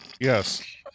Yes